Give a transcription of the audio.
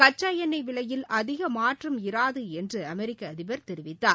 கச்சா எண்ணை விலையில் அதிக மாற்றம் இராது என்று அமெரிக்க அதிபர் தெரிவித்தார்